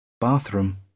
Bathroom